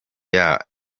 yaba